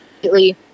completely